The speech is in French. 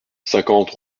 cinquante